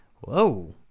Whoa